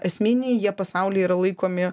esminiai jie pasauly yra laikomi